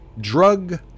drug